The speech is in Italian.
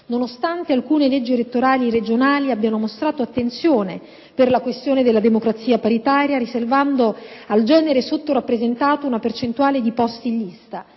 nonostante alcune leggi elettorali regionali abbiano mostrato attenzione per la questione della democrazia paritaria, riservando al genere sottorappresentato una percentuale di posti in lista